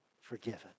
forgiven